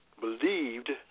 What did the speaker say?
Believed